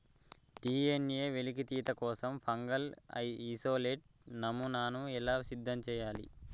DNA వెలికితీత కోసం fungal isolate నమూనాను ఎలా సిద్ధం చెయ్యాలి?